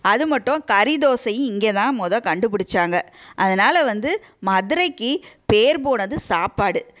அது மட்டும் கறிதோசையும் இங்கே தான் மொத கண்டுபிடிச்சாங்க அதனால் வந்து மதுரைக்கு பேர் போனது சாப்பாடு